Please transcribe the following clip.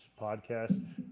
podcast